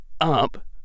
up